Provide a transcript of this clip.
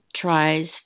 tries